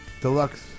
deluxe